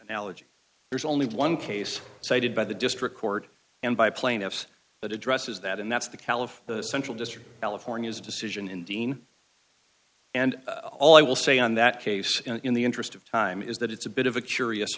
analogy there's only one case cited by the district court and by plaintiffs that addresses that and that's the caliph the central district california's decision in dean and all i will say on that case in the interest of time is that it's a bit of a curious